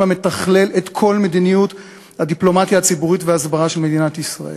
המתכלל את כל מדיניות הדיפלומטיה הציבורית וההסברה של מדינת ישראל.